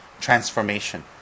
transformation